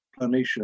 Planitia